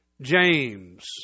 James